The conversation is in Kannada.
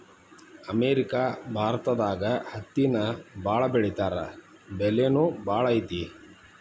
ಅಮೇರಿಕಾ ಭಾರತದಾಗ ಹತ್ತಿನ ಬಾಳ ಬೆಳಿತಾರಾ ಬೆಲಿನು ಬಾಳ ಐತಿ